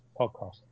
podcast